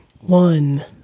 one